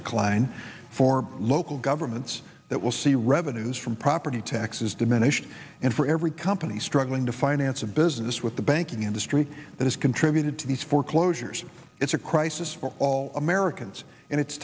klein for local governments that will see revenues from property taxes diminish and for every company struggling to finance a business with the banking industry that has contributed to these foreclosures it's a crisis for all americans and it's